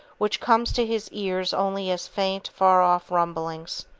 which come to his ears only as faint, far-off rumblings,